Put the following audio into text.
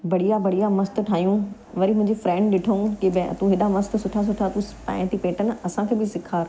बढ़िया बढ़िया मस्तु ठाहियूं वरी मुंहिंजी फ्रेंड ॾिठूं की भई तूं हेॾा मस्तु सुठा सुठा तू पाएं थी पेटनि असांखे बि सेखार